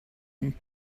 and